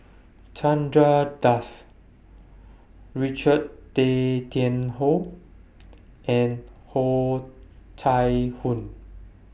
Chandra Das Richard Tay Tian Hoe and Oh Chai Hoo